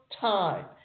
time